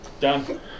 Done